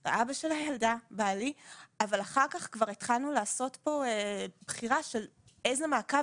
אבל אחר-כך התחלנו לעשות בחירה איזה מעקב